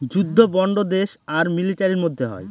যুদ্ধ বন্ড দেশ আর মিলিটারির মধ্যে হয়